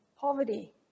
poverty